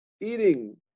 eating